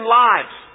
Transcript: lives